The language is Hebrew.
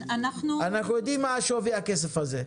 אנחנו יודעים מה שווי הכסף הזה.